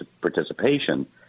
participation